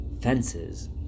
fences